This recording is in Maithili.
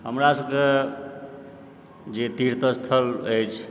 हमरा सबके जे तीर्थस्थल अछि